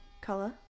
color